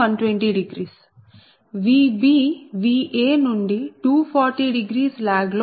Vb Va నుండి 240లాగ్ లో ఉంది